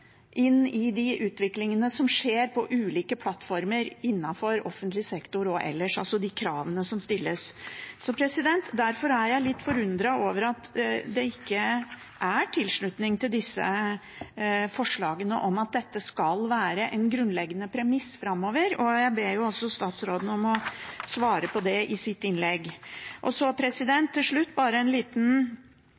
i den utviklingen som skjer på ulike plattformer innenfor offentlig sektor og ellers, altså de kravene som stilles. Derfor er jeg litt forundret over at det ikke er tilslutning til forslagene om at dette skal være et grunnleggende premiss framover, og jeg ber statsråden om å svare på det i sitt innlegg.